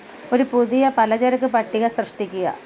ഒരു പുതിയ പലചരക്ക് പട്ടിക സൃഷ്ടിക്കുക